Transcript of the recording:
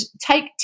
take